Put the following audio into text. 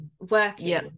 Working